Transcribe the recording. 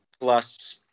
Plus